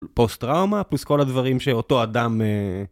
פוסט טראומה פלוס כל הדברים שאותו אדם....